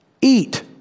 eat